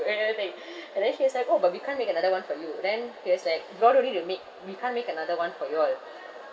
and and they and then he was like orh but we can't make another [one] for you then he was like if order only they'll make we can't make another [one] for you all